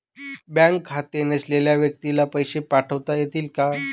Bank खाते नसलेल्या व्यक्तीला पैसे पाठवता येतील का?